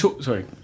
Sorry